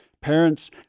parents